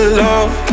love